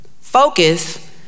focus